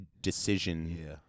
decision